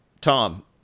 Tom